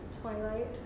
twilight